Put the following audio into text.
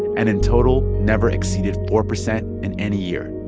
and in total, never exceeded four percent in any year.